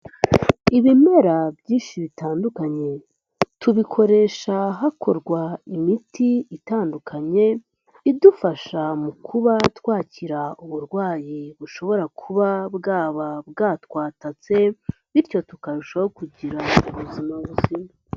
Ibimera byinshi bitandukanye, tubikoresha hakorwa imiti itandukanye, idufasha mu kuba twakira uburwayi bushobora kuba bwaba bwatwatatse, bityo tukarushaho kugira ubuzima buzima.